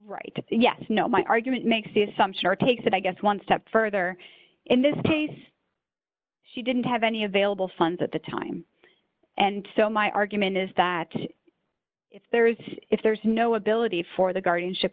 right yes no my argument makes the assumption or takes it i guess one step further in this case she didn't have any available funds at the time and so my argument is that if there is if there's no ability for the guardianship